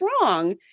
wrong